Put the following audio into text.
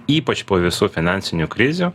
ypač po visų finansinių krizių